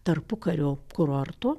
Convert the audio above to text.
tarpukario kurorto